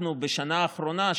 אנחנו בשנה האחרונה,